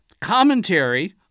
commentary